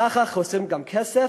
ככה גם חוסכים כסף,